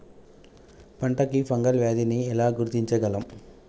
పంట కి ఫంగల్ వ్యాధి ని ఎలా గుర్తించగలం?